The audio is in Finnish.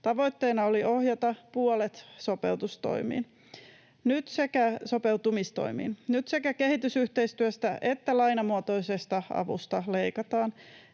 Tavoitteena oli ohjata puolet sopeutumistoimiin. Nyt sekä kehitysyhteistyöstä että lainamuotoisesta avusta leikataan,